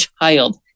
child